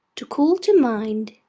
to call to mind,